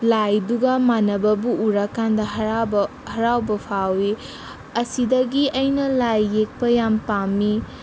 ꯂꯥꯏꯗꯨꯒ ꯃꯥꯟꯅꯕꯕꯨ ꯎꯔꯀꯥꯟꯗ ꯍꯔꯥꯎꯕ ꯍꯔꯥꯎꯕ ꯐꯥꯎꯋꯤ ꯑꯁꯤꯗꯒꯤ ꯑꯩꯅ ꯂꯥꯏ ꯌꯦꯛꯄ ꯌꯥꯝ ꯄꯥꯝꯃꯤ